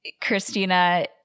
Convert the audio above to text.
Christina